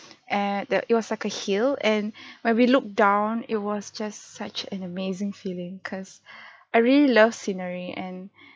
and that it was like a hill and when we looked down it was just such an amazing feeling cause I really love scenery and